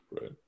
Right